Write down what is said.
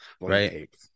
right